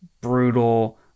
brutal